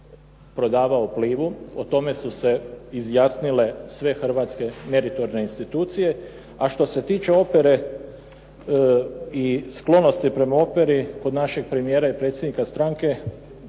prodavao Plivu. O tome su se izjasnile sve hrvatske meritorne institucije, a što se tiče opere i sklonosti prema operi od našeg premijera i predsjednika stranke,